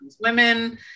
women